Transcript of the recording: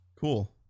Cool